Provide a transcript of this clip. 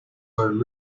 are